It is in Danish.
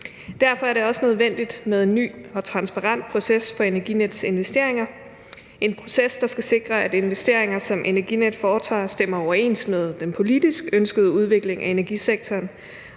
Derfor er det også nødvendigt med en ny og transparent proces for Energinets investeringer; en proces, der skal sikre, at investeringer, som Energinet foretager, stemmer overens med den politisk ønskede udvikling af energisektoren,